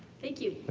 thank you.